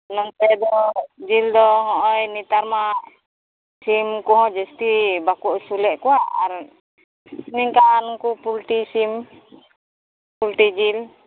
ᱱᱚᱱᱛᱮ ᱫᱚ ᱡᱤᱞ ᱫᱚ ᱱᱚᱜᱼᱚᱭ ᱱᱮᱛᱟᱨ ᱢᱟ ᱥᱤᱢ ᱠᱚᱦᱚᱸ ᱡᱟᱹᱥᱛᱤ ᱵᱟᱠᱚ ᱟᱹᱥᱩᱞᱮᱫ ᱠᱚᱣᱟ ᱟᱨ ᱱᱚᱝᱠᱟᱱ ᱠᱚ ᱯᱚᱞᱴᱨᱤᱥᱤᱢ ᱯᱚᱞᱴᱨᱤᱡᱤᱞ